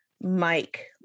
Mike